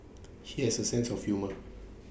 he has A sense of humour